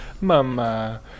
Mama